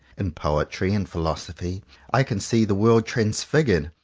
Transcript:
in poetry and philoso phy i can see the world transfigured,